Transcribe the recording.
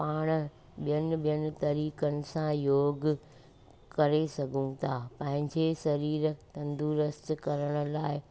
पाण ॿियनि ॿियनि तरीक़नि सां योगु करे सघूं था पंहिंजे सरीर तंदुरुस्तु करण लाइ